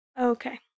Okay